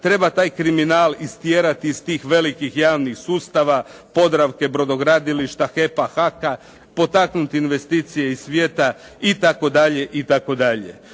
Treba taj kriminal istjerati iz tih velikih javnih sustava, "Podravke", "Brodogradilišta", "HEP-a", "HAK-a", potaknuti investicije iz svijeta itd.